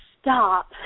stop